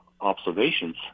observations